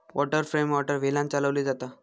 water frame water व्हीलांन चालवली जाता